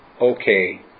okay